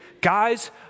guys